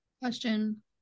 Question